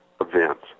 events